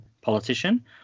politician